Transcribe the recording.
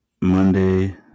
Monday